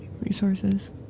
Resources